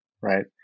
right